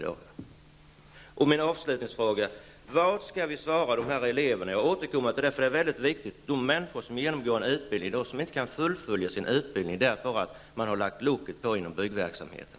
Jag vill slutligen återkomma till en fråga som är mycket viktig, nämligen: Vad skall vi säga till de elever som genomgår en utbildning men som inte kan fullfölja denna utbildning därför att locket har lagts på inom byggverksamheten?